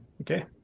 Okay